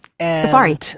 safari